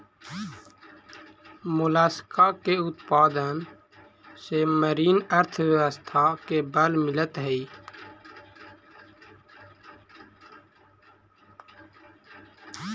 Mollusca के उत्पादन से मरीन अर्थव्यवस्था के बल मिलऽ हई